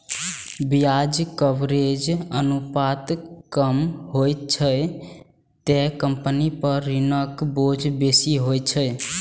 ब्याज कवरेज अनुपात कम होइ छै, ते कंपनी पर ऋणक बोझ बेसी होइ छै